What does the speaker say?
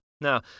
Now